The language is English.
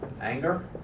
Anger